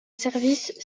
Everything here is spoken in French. service